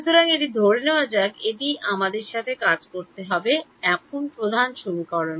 সুতরাং এটি ধরে নেওয়া যাক এটিই আমাদের সাথে কাজ করতে হবে এমন প্রধান সমীকরণ